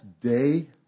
day